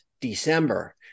December